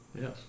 Yes